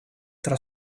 tra